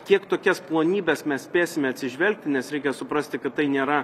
tiek tokias plonybes mes spėsime atsižvelgti nes reikia suprasti kad tai nėra